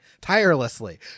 tirelessly